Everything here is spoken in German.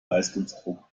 leistungsdruck